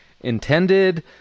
intended